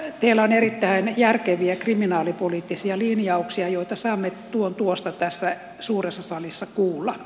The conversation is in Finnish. teillä on erittäin järkeviä kriminalipoliittisia linjauksia joita saamme tuon tuosta tässä suuressa salissa kuulla